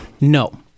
No